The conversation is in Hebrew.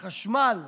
החשמל.